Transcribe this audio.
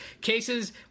cases